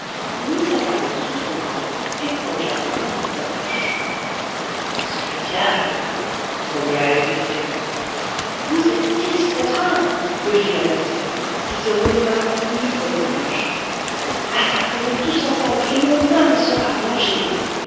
mit sa canne sous son bras et plongea sa main dans sa poche c'est le diable grommela ezéchiel vous êtes dix contre un rugit la meslin qui se releva ivre de rage attaquons le tous ensemble et mon homme sera vengé